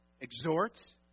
exhort